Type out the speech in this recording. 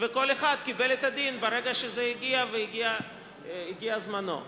וכל אחד קיבל את הדין ברגע שזה הגיע, והגיע זמנו.